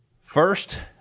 First